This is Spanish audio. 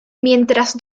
mientras